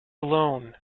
alone